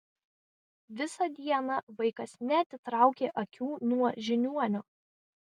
visą dieną vaikas neatitraukė akių nuo žiniuonio